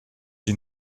die